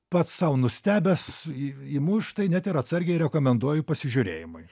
pats sau nustebęs į imu štai net ir atsargiai rekomenduoju pasižiūrėjimui